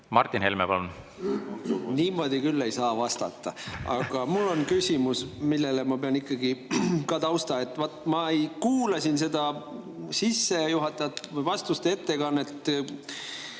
Martin Helme, palun! Niimoodi küll ei saa vastata! Aga mul on küsimus, millele ma pean ikkagi ka tausta lisama. Vaat ma kuulasin seda sissejuhatavat vastuste ettekannet.